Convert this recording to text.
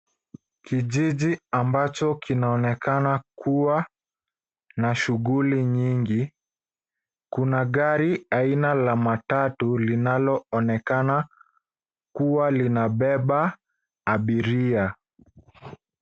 Kijiji ambacho kinaonekana kuwa na shughuli nyingi. Kuna gari aina la matatu linaloonekana kuwa linabeba abiria.